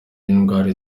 indwara